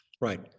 Right